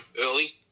early